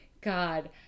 God